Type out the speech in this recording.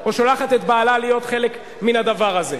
או שולחת את בעלה להיות חלק מן הדבר הזה?